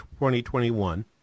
2021